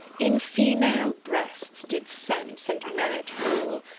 in female breasts did sense and merit rule,